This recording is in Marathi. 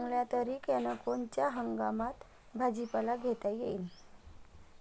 चांगल्या तरीक्यानं कोनच्या हंगामात भाजीपाला घेता येईन?